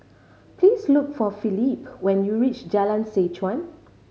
please look for Felipe when you reach Jalan Seh Chuan